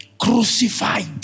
crucified